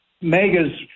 megas